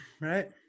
right